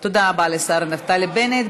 תודה רבה לשר נפתלי בנט.